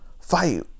fight